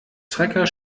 trecker